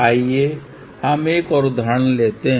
आइए हम एक और उदाहरण लेते हैं